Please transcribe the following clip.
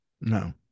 No